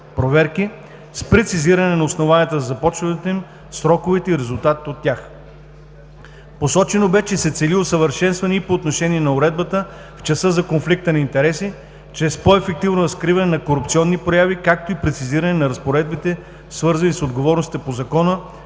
проверки, с прецизиране на основанията за започването им, сроковете и резултатите от тях. Посочено бе, че се цели усъвършенстване и по отношение на уредбата в частта за конфликта на интереси, чрез по-ефективно разкриване на корупционни прояви, както и прецизиране на разпоредбите, свързани с отговорността по закона,